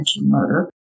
murder